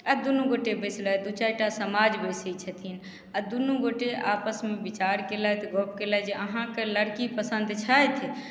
आ दुनू गोटे बैसलथि दू चारि टा समाज बैसै छथिन आ दुनू गोटे आपस मे बिचार केलथि गप केलथि जे अहाँके लड़की पसन्द छथि